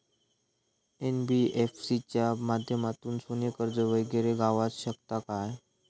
NBFC च्या माध्यमातून सोने कर्ज वगैरे गावात शकता काय?